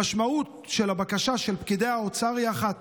המשמעות של הבקשה של פקידי האוצר היא אחת: